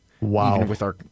Wow